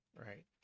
Right